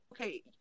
okay